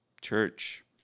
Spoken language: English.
church